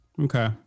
Okay